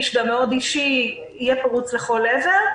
והמאוד אישי על אנשים יהיה פרוץ לכל עבר,